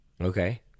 Okay